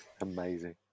Amazing